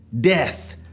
death